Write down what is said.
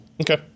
Okay